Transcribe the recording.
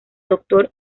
doctor